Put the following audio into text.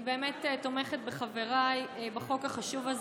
תומכת בחבריי בחוק החשוב הזה.